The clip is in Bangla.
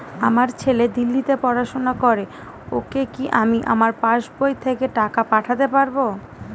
আমার ছেলে দিল্লীতে পড়াশোনা করে ওকে কি আমি আমার পাসবই থেকে টাকা পাঠাতে পারব?